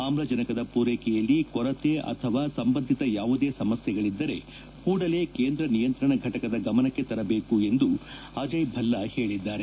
ಆಮ್ಲಜನಕದ ಪೂರೈಕೆಯಲ್ಲಿ ಕೊರತೆ ಅಥವಾ ಸಂಬಂಧಿತ ಯಾವುದೇ ಸಮಸ್ಲೆಗಳಿದ್ದರೆ ಕೂಡಲೇ ಕೇಂದ್ರ ನಿಯಂತ್ರಣ ಫಟಕದ ಗಮನಕ್ಕೆ ತರಬೇಕು ಎಂದು ಅಜಯ್ ಭಲ್ಲಾ ಹೇಳಿದ್ದಾರೆ